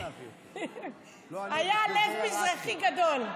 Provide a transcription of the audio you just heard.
כי זה היה לב מזרחי גדול.